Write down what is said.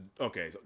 okay